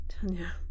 Tanya